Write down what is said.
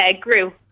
Grew